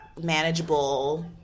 manageable